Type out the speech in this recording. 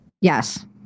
Yes